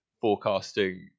forecasting